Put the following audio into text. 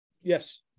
yes